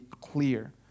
clear